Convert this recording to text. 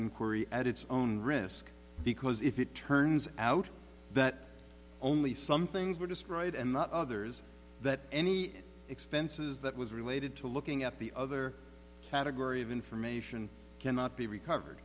inquiry at its own risk because if it turns out that only some things were destroyed and not others that any expenses that was related to looking at the other category of information cannot be recovered